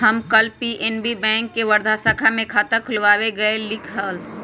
हम कल PNB bank के वर्धा शाखा में खाता खुलवावे गय लीक हल